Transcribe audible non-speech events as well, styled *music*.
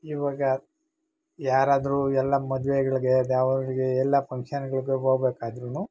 ಇವಾಗ ಯಾರಾದ್ರೂ ಎಲ್ಲ ಮದುವೆಗಳ್ಗೆ *unintelligible* ಗಳಿಗೆ ಎಲ್ಲ ಫಂಕ್ಷನ್ಗಳಿಗೆ ವೋಬೇಕಾದ್ರುನು